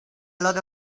lot